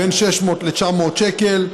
בין 600 ל-900 שקל.